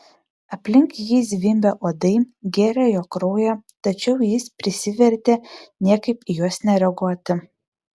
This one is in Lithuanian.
aplink jį zvimbė uodai gėrė jo kraują tačiau jis prisivertė niekaip į juos nereaguoti